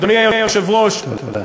אדוני היושב-ראש, תודה.